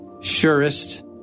surest